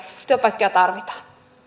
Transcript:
työpaikkoja tarvitaan